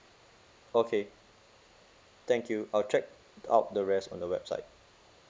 okay thank you I'll check out the rest on the website